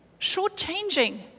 shortchanging